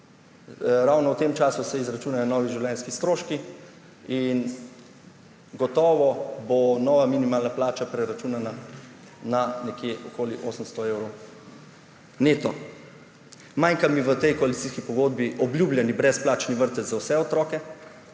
ravno v tem času se izračunajo novi življenjski stroški in gotovo bo nova minimalna plača preračunana na nekje okoli 800 evrov neto. Manjka mi v tej koalicijski pogodbi obljubljeni brezplačni vrtec za vse otroke